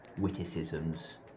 witticisms